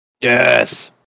Yes